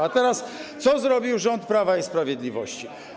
A co zrobił rząd Prawa i Sprawiedliwości?